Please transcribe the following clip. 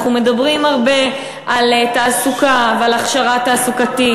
אנחנו מדברים הרבה על תעסוקה ועל הכשרה תעסוקתית,